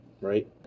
right